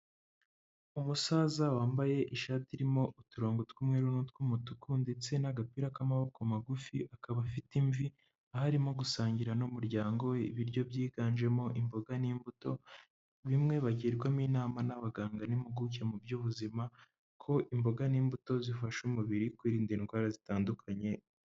Umusaza wambaye ishati irimo uturongo tw'umweru n'utw'umutuku ndetse n'agapira k'amaboko magufi akaba afite imvi, aho arimo gusangira n'umuryango we ibiryo byiganjemo imboga n'imbuto bimwe bagirwamo inama n'abaganga n'impuguke mu by'ubuzima ko imboga n'imbuto zifasha umubiri kwirinda indwara zitandukanye.